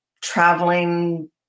traveling